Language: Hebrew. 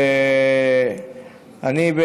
ואני,